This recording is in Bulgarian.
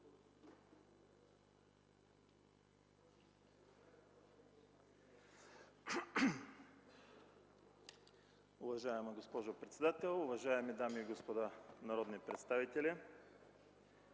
Уважаема госпожо председател, уважаеми дами и господа народни представители!